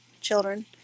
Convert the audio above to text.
children